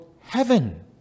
heaven